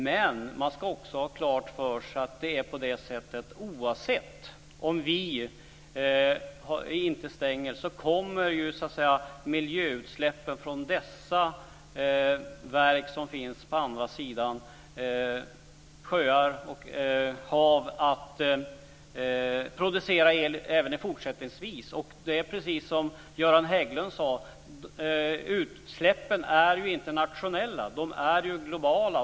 Men man ska ha klart för sig att oavsett om vi stänger eller inte så kommer miljöutsläppen från dessa verk som finns på andra sidan sjöar och hav att producera el även fortsättningsvis. Det är precis som Göran Hägglund sade. Utsläppen är internationella och globala.